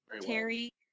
Terry